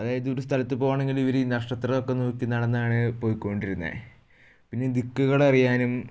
അതായത് ഒരു സ്ഥലത്ത് പോകണമെങ്കിൽ ഇവർ ഈ നക്ഷത്രമൊക്കെ നോക്കി നടന്നാണ് പോയിക്കൊണ്ടിരുന്നത് പിന്നെ ദിക്കുകളറിയാനും